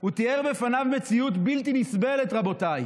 הוא תיאר בפניו מציאות בלתי נסבלת, רבותיי.